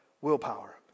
willpower